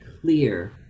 clear